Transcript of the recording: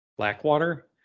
Blackwater